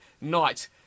night